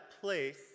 place